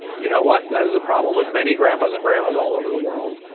you know what? that is a problem with many grandpas and grandmas all over the world.